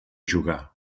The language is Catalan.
jugar